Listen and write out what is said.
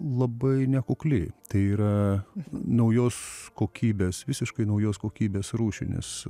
labai nekukli tai yra naujos kokybės visiškai naujos kokybės rūšinis